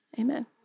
Amen